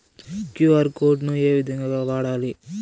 QR code ను ఏ విధంగా వాడాలి?